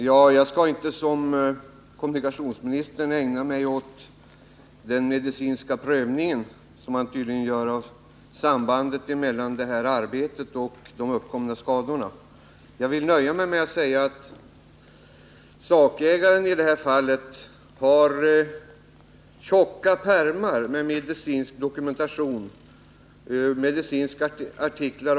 Många kommuner har f. n. planer på att uppföra koleldade kraftvärmeanläggningar eller hetvattencentraler. Eftersom det är angeläget att så snabbt som möjligt minska landets oljeberoende är det viktigt att dessa planer inte onödigtvis försenas.